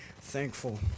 thankful